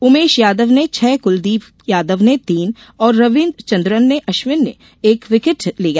उमेश यादव ने छह कुलदीप यादव ने तीन और रविचन्द्रन अश्विन ने एक विकेट लिया